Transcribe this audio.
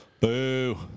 Boo